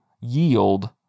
yield